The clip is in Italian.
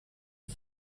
hai